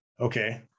Okay